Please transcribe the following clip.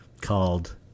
called